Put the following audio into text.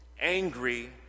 angry